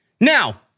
Now